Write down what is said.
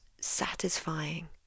satisfying